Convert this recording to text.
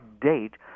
date